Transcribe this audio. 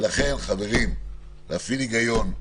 ולכן, חברים, להפעיל היגיון,